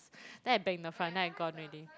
then I bang the front then I gone already